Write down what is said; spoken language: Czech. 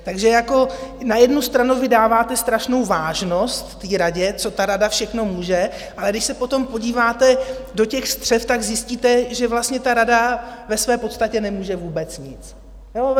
Takže na jednu stranu vy dáváte strašnou vážnost radě, co ta rada všechno může, ale když se potom podíváte do těch střev, tak zjistíte, že vlastně ta rada ve své podstatě nemůže vůbec nic.